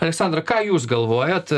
aleksandra ką jūs galvojat